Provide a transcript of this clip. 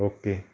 okay